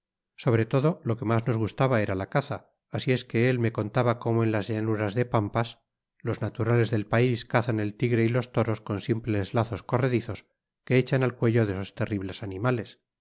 sobro todo lo que mas nos gustaba era la caza asi es que él me contaba como en las llanuras de pampas los naturales del pais cazan el tigre y los toros con simples lazos corredizos que echan al cuello de esos terribles animales